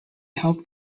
helped